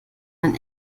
man